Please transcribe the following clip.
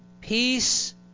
Peace